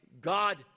God